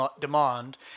demand